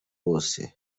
wose